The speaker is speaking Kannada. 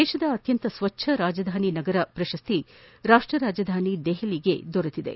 ದೇಶದ ಅತ್ಯಂತ ಸ್ವಚ್ನ ರಾಜಧಾನಿ ನಗರ ಪ್ರಶಸ್ತಿ ರಾಷ್ವ ರಾಜಧಾನಿ ದೆಹಲಿಗೆ ದೊರೆತಿದೆ